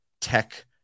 tech